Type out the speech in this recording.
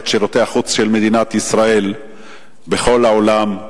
שירותי החוץ של מדינת ישראל בכל העולם,